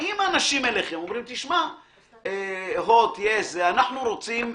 באים אנשים אליכם, אומרים, הוט, יס, אנחנו רוצים